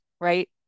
right